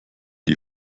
die